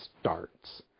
starts